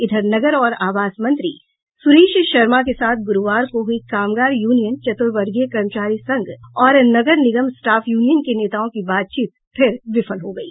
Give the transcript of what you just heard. इधर नगर और आवास मंत्री सुरेश शर्मा के साथ गुरूवार को हुई कामगार यूनियन चतुर्थवर्गीय कर्मचारी संघ और नगर निगम स्टाफ यूनियन के नेताओं की बातचीत फिर विफल हो गयी